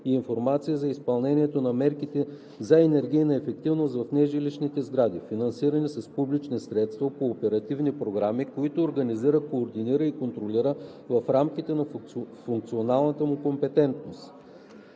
и информация за изпълнение на мерките за енергийна ефективност в нежилищни сгради, финансирани с публични средства по оперативни програми, които организира, координира и контролира в рамките на функционалната му компетентност;